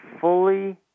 fully